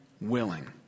willing